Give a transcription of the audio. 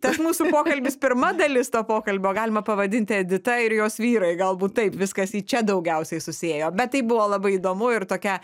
tas mūsų pokalbis pirma dalis to pokalbio galima pavadinti edita ir jos vyrai galbūt taip viskas į čia daugiausiai susiėjo bet tai buvo labai įdomu ir tokia